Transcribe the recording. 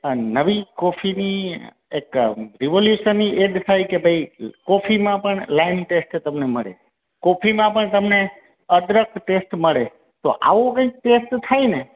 નવી કોફીની એક રેવોલ્યૂશનની એડ થાય કે ભાઈ કોફીમાં પણ લાઈમ ટેસ્ટ તમને મળે કોફીમાં પણ તમને અદરક ટેસ્ટ મળે તો આવું કંઈક ટેસ્ટ થાય ને